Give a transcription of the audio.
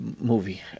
movie